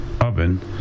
oven